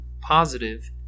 positive